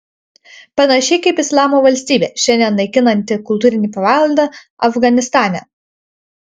panašiai kaip islamo valstybė šiandien naikinanti kultūrinį paveldą afganistane